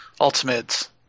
Ultimates